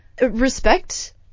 respect